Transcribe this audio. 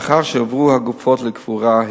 לאחר שהועברו הגופות לקבורה,